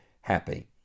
happy